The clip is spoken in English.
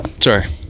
Sorry